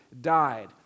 died